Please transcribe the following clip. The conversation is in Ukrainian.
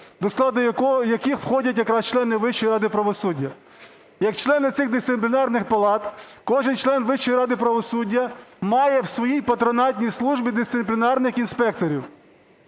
до складу яких входять якраз члени Вищої ради правосуддя. Як члени цих дисциплінарних палат, кожен член Вищої ради правосуддя має в своїй патронатній службі дисциплінарних інспекторів.